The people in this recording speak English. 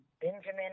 Benjamin